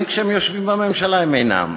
גם כשהם יושבים בממשלה הם אינם.